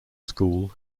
school